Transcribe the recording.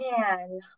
man